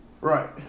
Right